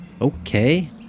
Okay